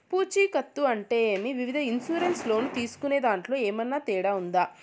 పూచికత్తు అంటే ఏమి? వివిధ ఇన్సూరెన్సు లోను తీసుకునేదాంట్లో ఏమన్నా తేడా ఉందా?